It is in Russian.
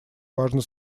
важно